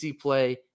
play